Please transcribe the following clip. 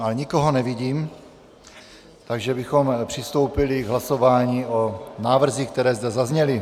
Ale nikoho nevidím, takže bychom přistoupili k hlasování o návrzích, které zde zazněly.